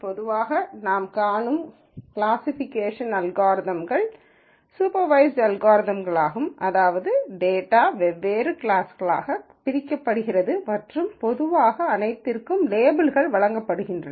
பொதுவாக நாம் காணும் கிளாசிஃபிகேஷன் அல்காரிதம்கள் சூப்பர்வய்ஸ்ட் அல்காரிதம்களாகும் அதாவது டேட்டா வெவ்வேறு கிளாஸ்களாகப் பிரிக்கப்படுகிறது மற்றும் பொதுவாக லேபிள்கள் வழங்கப்படுகின்றன